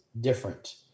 different